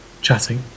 chatting